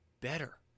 better